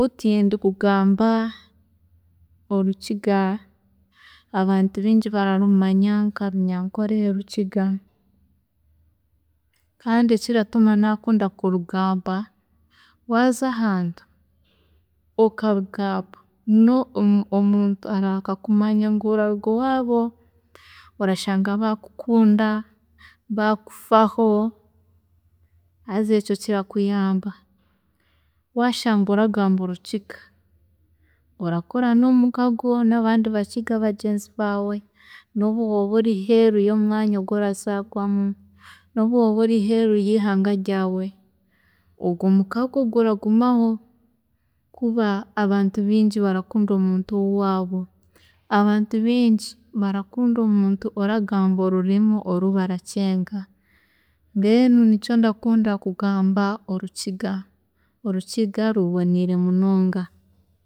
﻿Buti ndi kugamba orukiga, abantu bingi bararumanya nka Runyankore Rukiga, kandi ekiratuma nakunda kurugamba, waaza ahantu okarugamba no- no- omuntu ararahuka kumanya ngu oraruga owaabo, orashanga baakukunda, baakufaho, haza ekyo kirakuyamba, washanga oragamba orukiga, orakora n'omukago nabandi bakiga bagyenzi baawe nobu woba ori heeru yomwanya ogu orazaarwamu, nobu woba ori heeru yeihanga ryawe ogwe mukago guragumaho kuba abantu bingi barakunda omuntu wowaabo, abantu bingi barakunda omuntu oragamba orurimi oru baracenga mbwenu nikyo ndakundira kugamba orukiga, orukiga ruboniire munonga.